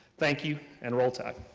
thank you, and roll tide!